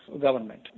government